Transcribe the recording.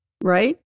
right